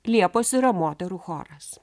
liepos yra moterų choras